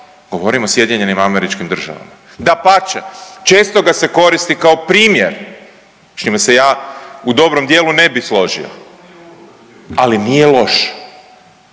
govorim o SAD-u, dapače često ga se koristi kao primjer, s čime se ja u dobrom dijelu ne bi složio, ali nije loš,